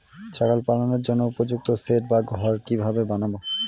ছাগল পালনের জন্য উপযুক্ত সেড বা ঘর কিভাবে বানাবো?